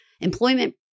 employment